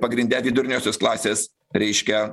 pagrinde viduriniosios klasės reiškia